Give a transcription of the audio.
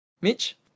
Mitch